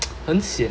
很闲